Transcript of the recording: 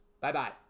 Bye-bye